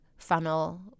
funnel